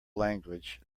language